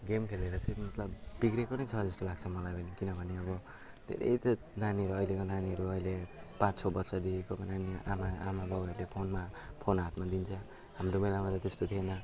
game खेलेर चाहिँ मतलब बिग्रिएको नै छ जस्तो लाग्छ मलाई भने किनभने अब धेरै त नानीहरू अहिलेको नानीहरू अहिले पाँच छ वर्षदेखिको नानी आमा आमाबाबुहरूले फोनमा फोन हातमा दिन्छ हाम्रो बेलामा त त्यस्तो थिएन